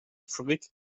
frick